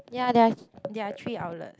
ya there are there are three outlet